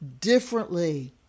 differently